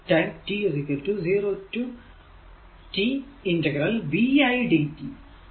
time t 0 റ്റു t vidt